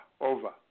over